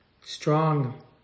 strong